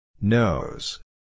Nose